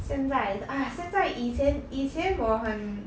现在 !aiya! 现在以前以前我很